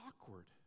awkward